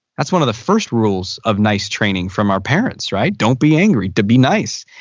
that's one of the first rules of nice training from our parents right. don't be angry, to be nice.